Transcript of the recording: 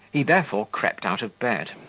he therefore crept out of bed,